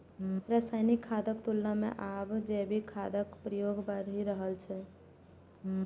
रासायनिक खादक तुलना मे आब जैविक खादक प्रयोग बढ़ि रहल छै